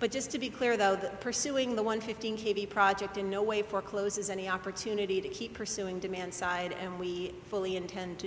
but just to be clear though that pursuing the one fifteen j v project in no way forecloses any opportunity to keep pursuing demand side and we fully intend to